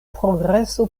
progreso